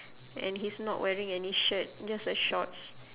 and he's not wearing any shirt just a shorts